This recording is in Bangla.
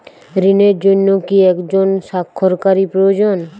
ঋণের জন্য কি একজন স্বাক্ষরকারী প্রয়োজন?